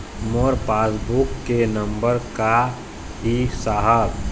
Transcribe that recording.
मोर passbook के नंबर का ही साहब?